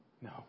No